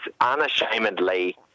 unashamedly